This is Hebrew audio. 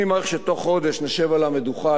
אני מעריך שבתוך חודש נשב על המדוכה,